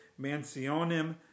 Mansionem